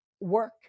work